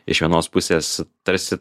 iš vienos pusės tarsi